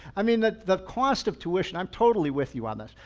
i mean the the cost of tuition, i'm totally with you on this.